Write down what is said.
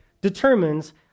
determines